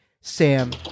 Sam